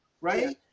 right